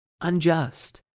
unjust